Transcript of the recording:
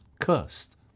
cursed